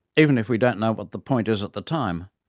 even if we don't know what the point is at the time.